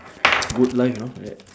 good life you know like that